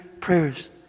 prayers